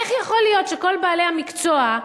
איך יכול להיות שכל בעלי המקצוע,